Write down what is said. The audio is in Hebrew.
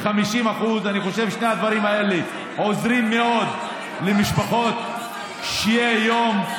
אני חושב ששני הדברים האלה עוזרים מאוד למשפחות קשות יום.